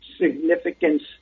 significance